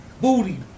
Booty